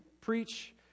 preach